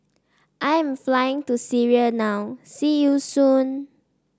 I am flying to Syria now see you soon